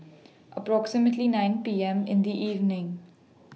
approximately nine P M in The evening